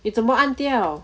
eh 怎么按掉